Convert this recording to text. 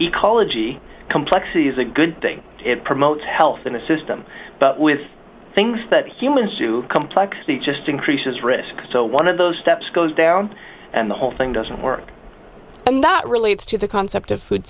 ecology complexity is a good thing it promotes health in a system but with things that humans do complexity just increases risk so one of those steps goes down and the whole thing doesn't work and that relates to the concept of food